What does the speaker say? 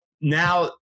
now